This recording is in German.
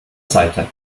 seite